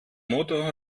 motto